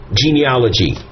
genealogy